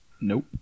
Nope